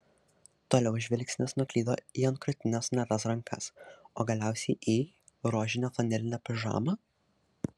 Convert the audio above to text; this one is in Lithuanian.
toliau žvilgsnis nuklydo į ant krūtinės sunertas rankas o galiausiai į rožinę flanelinę pižamą